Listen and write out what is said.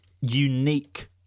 unique